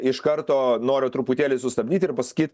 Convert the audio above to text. iš karto noriu truputėlį sustabdyt ir pasakyt